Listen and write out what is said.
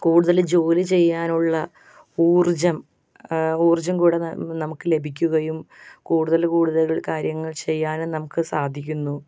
കൂടുതൽ ജോലി ചെയ്യാനുള്ള ഊർജ്ജം ഊർജ്ജം കൂടെ നമുക്ക് ലഭിക്കുകയും കൂടുതൽ കൂടുതൽ കാര്യങ്ങൾ ചെയ്യാനും നമുക്ക് സാധിക്കുന്നു